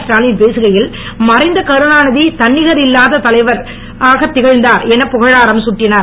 ஸ்டாலின் பேசுகையில் மறைந்த கருணாநிதி தன்னிகரில்லாத் தலைவராக திகழ்ந்தவர் என புகழாரம் தட்டினார்